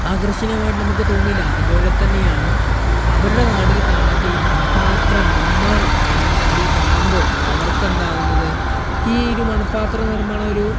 ആകർഷണീയമായിട്ട് നമുക്ക് തോന്നില്ല അതുപോലെത്തന്നെയാണ് അവരുടെ നാട്ടിൽ കാണാത്ത ഈ മൺപാത്ര നിർമ്മാണം നമ്മുടെ നാട്ടിൽ കാണുമ്പോൾ അവർക്കെന്താവുന്നത് ഈ ഒരു മൺപാത്ര നിർമ്മാണം ഒരു